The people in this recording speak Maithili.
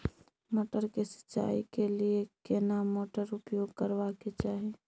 मटर के सिंचाई के लिये केना मोटर उपयोग करबा के चाही?